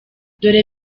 dore